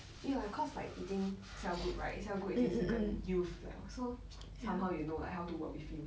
cause 没有 lah cause like 已经 cell group right cell group 已经是跟 youth liao so like somehow you know how to work with youth